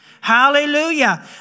Hallelujah